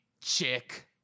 chick